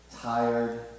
tired